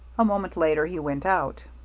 a moment later he went out.